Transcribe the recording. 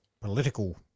political